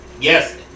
Yes